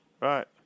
Right